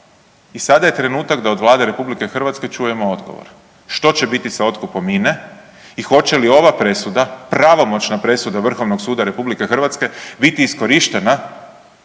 i sada je trenutak da od Vlade RH čujemo odgovor. Što će biti sa otkupom INE? I hoće li ova presuda, pravomoćna presuda Vrhovnog suda RH biti iskorištena